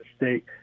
mistake